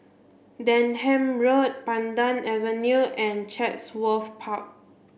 Denham Road Pandan Avenue and Chatsworth Park